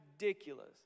ridiculous